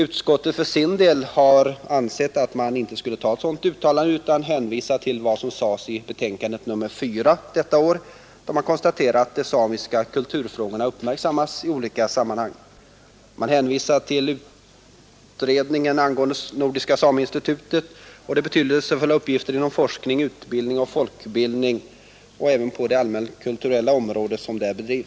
Utskottet har för sin del ansett att man inte skulle göra ett sådant uttalande utan hänvisar till vad som sades i betänkandet nr 4 detta år, då man konstaterade att de samiska kulturfrågorna uppmärksammas i olika sammanhang. Man hänvisar till utredningen angående nordiska sameinstitutet och de betydelsefulla uppgifter som där utförs inom forskning, utbildning och folkbildning och även på det allmänkulturella området.